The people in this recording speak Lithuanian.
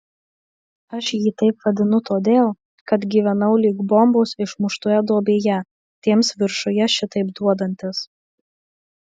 aš jį taip vadinu todėl kad gyvenau lyg bombos išmuštoje duobėje tiems viršuje šitaip duodantis